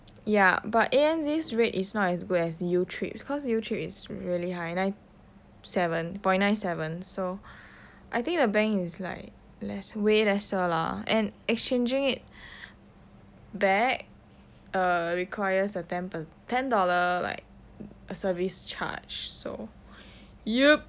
ya but A_N_Z's rate is not as good as youtrip's cause youtrip is really high nine seven point nine seven so I think the bank is like less way lesser lah and exchanging it back err requires a ten dollar like service charge so yup